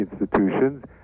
institutions